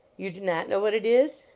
you do nut know what it is?